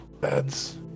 beds